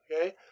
okay